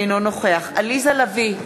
אינו נוכח עליזה לביא,